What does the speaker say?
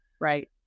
Right